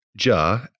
Ja